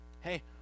hey